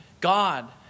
God